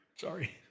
Sorry